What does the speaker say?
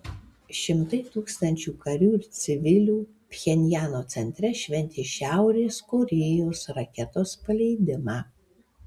šimtai tūkstančių karių ir civilių pchenjano centre šventė šiaurės korėjos raketos paleidimą